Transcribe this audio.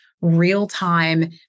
real-time